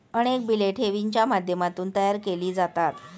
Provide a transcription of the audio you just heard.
अनेक बिले ठेवींच्या माध्यमातून तयार केली जातात